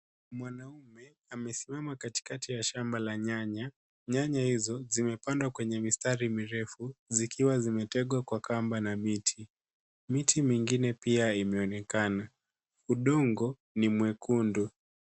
Mwanaume amesimama katikati ya shamba la nyanya . Nyanya hizo zimepandwa kwenye mistari mirefu zikiwa zimetegwa kwa kamba na miti. Miti mingine pia imeonekana. Udongo ni mwekundu.